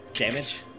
Damage